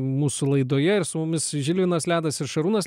mūsų laidoje ir su mumis žilvinas ledas ir šarūnas